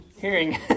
Hearing